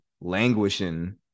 languishing